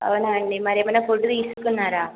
అవునా అండి మరి ఏమన్నా ఫుడ్ తీసుకున్నారా